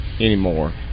anymore